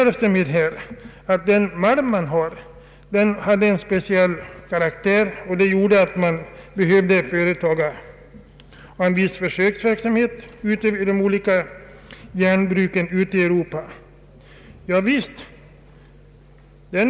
Det har sagts här att malmen från Kiruna har en speciell karaktär och att det behövs en viss försöksverksamhet vid olika järnbruk i Europa.